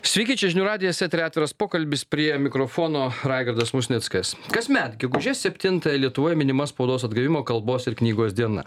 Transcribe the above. sveiki čia žinių radijas etery atviras pokalbis prie mikrofono raigardas musnickas kasmet gegužės septintąją lietuvoje minima spaudos atgavimo kalbos ir knygos diena